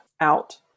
out